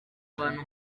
abantu